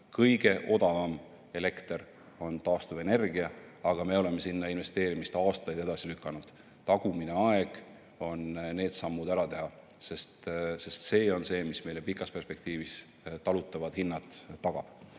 kõige odavam energia taastuvenergia, aga me oleme sinna investeerimist aastaid edasi lükanud. Tagumine aeg on need sammud ära teha, sest see on see, mis meile pikas perspektiivis talutavad hinnad tagab.